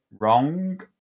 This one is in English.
wrong